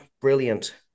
brilliant